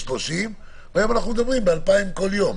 חברים, אנחנו נעבור להקראה ולדיון.